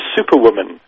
Superwoman